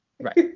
right